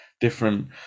different